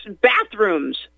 bathrooms